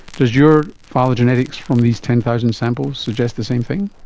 does your phylogenetics from these ten thousand samples suggest the same thing?